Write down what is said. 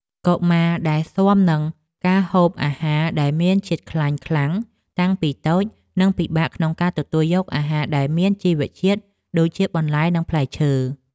កុមារដែលស៊ាំនឹងការហូបអាហារដែលមានរសជាតិខ្លាំងតាំងពីតូចនឹងពិបាកក្នុងការទទួលយកអាហារដែលមានជីវជាតិដូចជាបន្លែនិងផ្លែឈើ។